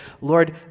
Lord